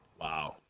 Wow